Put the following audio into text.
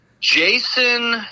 Jason